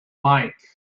mike